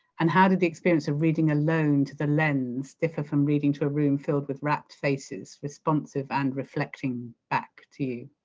and how did the experience of reading alone to the lens differ from reading to a room filled with rapt faces responsive and reflecting back to you?